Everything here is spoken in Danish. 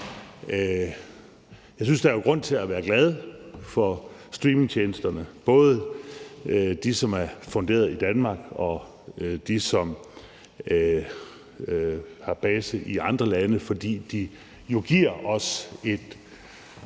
Jeg synes jo, der er grund til at være glad for streamingtjenesterne, både dem, som er funderet i Danmark, og dem, som har base i andre lande, fordi de giver os et